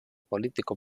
político